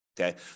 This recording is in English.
Okay